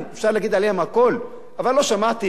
אבל לא שמעתי שהם כבשו או פלשו.